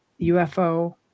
UFO